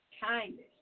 kindness